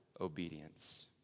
obedience